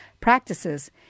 practices